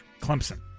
Clemson